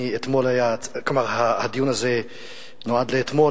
הדיון הזה נועד לאתמול,